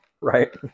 right